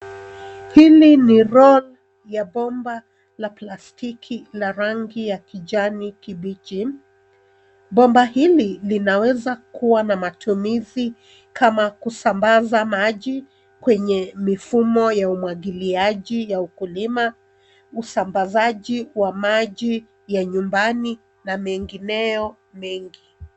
Hili ni roll ya boma la plastiki la rangi ya kijani kibichi. Bomba hili linawezakuwa na matumizi kama kusambaza maji kwenye mifumo ya umwagiliaji ya ukulima, usambazaji wa maji ya nyumbani na mengineyo mengi.